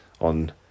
on